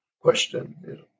question